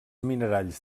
minerals